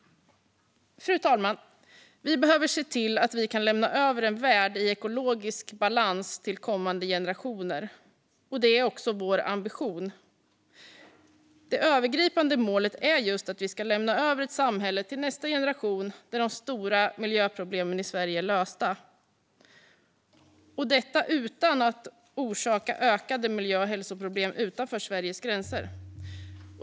Fru talman! Vi behöver se till att vi kan lämna över en värld i ekologisk balans till kommande generationer. Detta är också vår ambition. Det övergripande målet är just att vi ska lämna över ett samhälle till nästa generation där de stora miljöproblemen i Sverige är lösta, och detta utan att orsaka ökade miljö och hälsoproblem utanför Sveriges gränser.